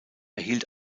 erhielt